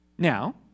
Now